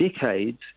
decades